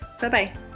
Bye-bye